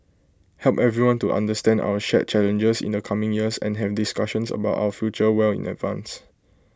help everyone to understand our shared challenges in the coming years and have discussions about our future well in advance